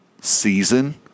season